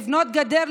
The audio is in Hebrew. לבנות גדר,